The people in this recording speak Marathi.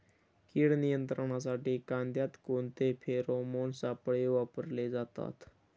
कीड नियंत्रणासाठी कांद्यात कोणते फेरोमोन सापळे वापरले जातात?